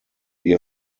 ihr